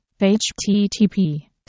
http